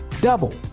double